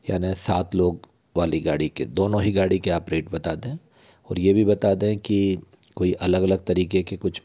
यानी सात लोग वाली गाड़ी के दोनों ही गाड़ी के आप रेट बता दें और ये भी बता दें कि कोई अलग अलग तरीक़े के कुछ